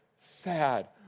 sad